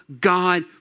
God